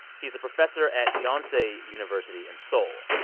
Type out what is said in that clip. he's a professor at yonsei university in seoul,